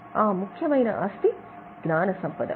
ఆ ముఖ్యమైన ఆస్తి జ్ఞాన సంపద